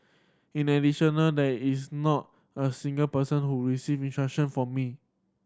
in additional there is not a single person who received instruction from me